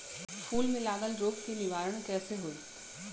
फूल में लागल रोग के निवारण कैसे होयी?